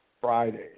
Friday